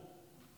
תעצרו.